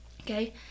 Okay